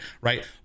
right